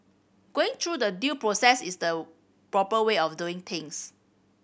going through the due process is the proper way of doing things